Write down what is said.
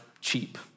cheap